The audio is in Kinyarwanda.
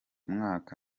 mwaka